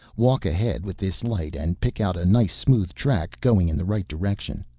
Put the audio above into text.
walk ahead with this light and pick out a nice smooth track going in the right direction.